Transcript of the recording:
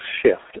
shift